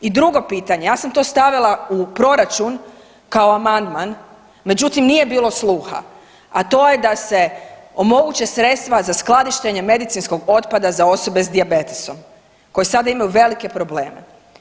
I drugo pitanje, ja sam to stavila u proračun kao amandman, međutim, nije bilo sluha, a to je da se omoguće sredstva za skladištenje medicinskog otpada za osobe s dijabetesom koje sada imaju velike probleme.